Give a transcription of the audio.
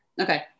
Okay